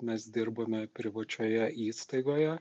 mes dirbame privačioje įstaigoje